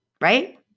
right